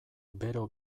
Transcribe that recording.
bero